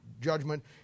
judgment